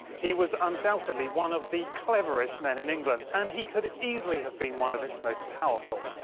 he was undoubtedly one of the cleverest men in england, and he could easily have been one of its most powerful.